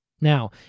Now